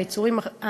היצורים,